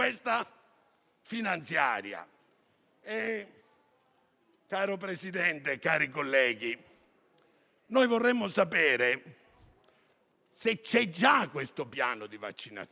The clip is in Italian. finanziaria. Presidente, colleghi, vorremmo sapere se c'è già questo piano di vaccinazione.